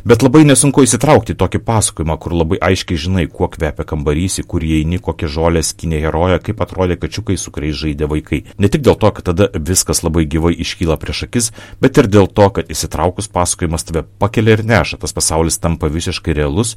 bet labai nesunku įsitraukti į tokį pasakojimą kur labai aiškiai žinai kuo kvepia kambarys į kurį eini kokią žolę skynė herojė kaip atrodė kačiukai su kuriais žaidė vaikai ne tik dėl to kad tada viskas labai gyvai iškyla prieš akis bet ir dėl to kad įsitraukus pasakojimas tave pakelia ir neša tas pasaulis tampa visiškai realus